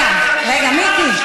רגע, מיקי.